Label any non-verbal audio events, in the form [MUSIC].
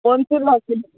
कौन सी [UNINTELLIGIBLE]